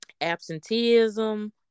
absenteeism